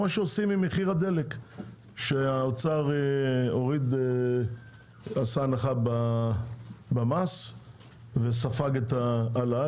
כמו שעושים עם מחיר הדלק שהאוצר עשה הנחה במס וספג את ההעלאה,